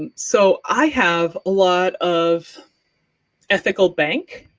and so i have a lot of ethical bank,